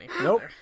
nope